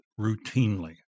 routinely